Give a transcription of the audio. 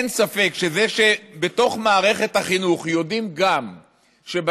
אין ספק שזה שבתוך מערכת החינוך יודעים שבסוף,